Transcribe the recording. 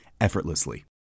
effortlessly